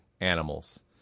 animals